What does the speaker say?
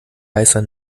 heißer